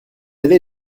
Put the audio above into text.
allée